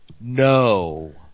No